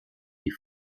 die